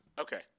Okay